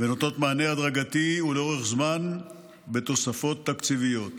ונותנות מענה הדרגתי ולאורך זמן בתוספות תקציביות.